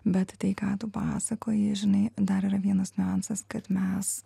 bet tai ką tu pasakoji žinai dar yra vienas niuansas kad mes